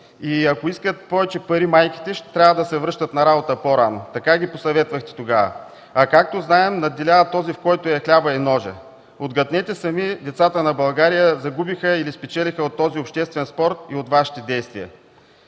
майките искат повече пари, ще трябва да се връщат на работа по-рано – така ги посъветвахте тогава. Както знаем, надделява този, в който са хлябът и ножът. Отгатнете сами децата на България загубиха или спечелиха от този обществен спор и от Вашите действия.